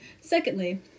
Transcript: secondly